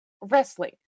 wrestling